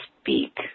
speak